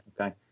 Okay